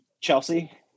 chelsea